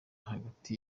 hagati